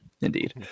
Indeed